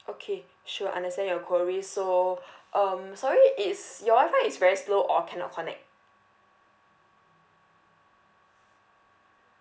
okay sure understand your queries so um sorry is your wi-fi is very slow or cannot connect